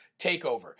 takeover